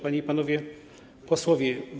Panie i Panowie Posłowie!